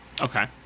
Okay